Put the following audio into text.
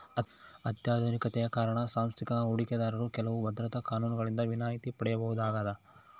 ಅತ್ಯಾಧುನಿಕತೆಯ ಕಾರಣ ಸಾಂಸ್ಥಿಕ ಹೂಡಿಕೆದಾರರು ಕೆಲವು ಭದ್ರತಾ ಕಾನೂನುಗಳಿಂದ ವಿನಾಯಿತಿ ಪಡೆಯಬಹುದಾಗದ